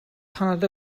paned